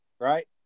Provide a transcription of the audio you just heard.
Right